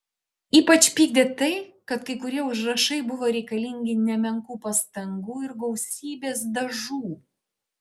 ypač pykdė tai kad kai kurie užrašai buvo reikalingi nemenkų pastangų ir gausybės dažų